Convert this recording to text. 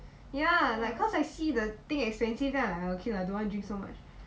ya like cause I see the thing expensive ah then I ah okay lah don't drink so much